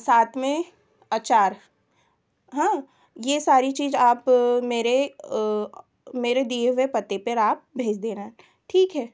साथ में अचार हाँ यह सारी चीज़ आप मेरे मेरे दिए हुए पते पर आप भेज देना ठीक है